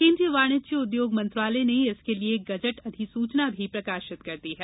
केन्द्रीय वाणिज्य उद्योग मंत्रालय ने इसके लिये गजट अधिसूचना भी प्रकाशित कर दी है